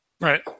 Right